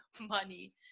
money